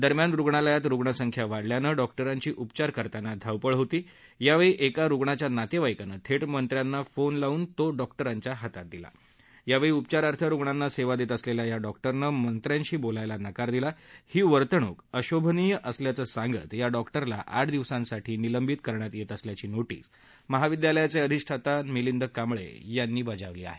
दरम्यान रुग्णालयात रुग्णसंख्या वाढल्यानं डॉक उंची उपचार करताना धावपळ होती यावेळी एका रुग्णाच्या नातेवाईकाने थेठा मंत्र्यांना फोन लाऊन डॉक उांच्या हाती दिला यावेळी उपचारार्थ रुग्णांना सेवा देत असलेल्या या डॉक उांनं मंत्र्याशी बोलण्यास नकार दिला ही वर्तणूक अशोभनीय असल्याचं सांगत या डॉक उला आठ दिवसांसाठी निलंबित करण्यात येत असल्याची नोरींस महाविद्यालयाचे अधिष्ठाता मिलिंद कांबळे यांनी त्या डॉक्टरि ला बजावली आहे